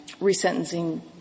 resentencing